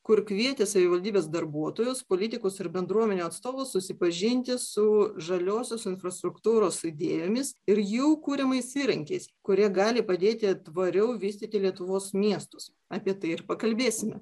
kur kvietė savivaldybės darbuotojus politikus ir bendruomenių atstovus susipažinti su žaliosios infrastruktūros idėjomis ir jų kuriamais įrankiais kurie gali padėti tvariau vystyti lietuvos miestus apie tai ir pakalbėsime